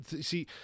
see